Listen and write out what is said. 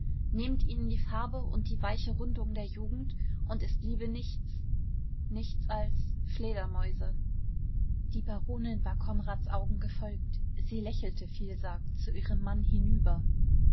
nehmt ihnen die farbe und die weiche rundung der jugend und es bliebe nichts nichts als fledermäuse die baronin war konrads augen gefolgt sie lächelte vielsagend zu ihrem mann hinüber